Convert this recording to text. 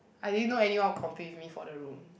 I didn't know anyone would compete with me for the room